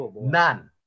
None